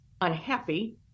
unhappy